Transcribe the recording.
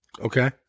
okay